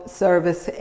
service